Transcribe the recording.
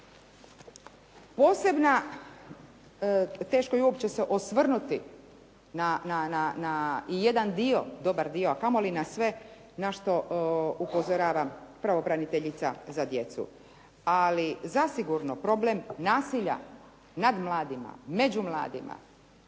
Teško je uopće se osvrnuti na jedan dio, dobar dio, a kamoli na sve na što upozorava pravobraniteljica za djecu. Ali zasigurno problem nasilja nad mladima, među mladima